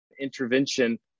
intervention